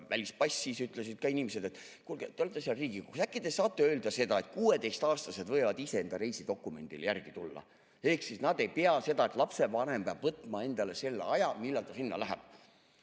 välispass. Siis ütlesid ka inimesed, et kuulge, te olete seal Riigikogus, äkki te saate öelda seda, et 16‑aastased võivad ise enda reisidokumendile järele tulla. Ehk ei pea olema seda, et lapsevanem peab võtma endale aja, millal ta sinna läheb.